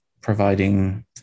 providing